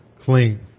clean